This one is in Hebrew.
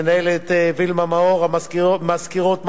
המנהלת וילמה מאור, המזכירות מעיין,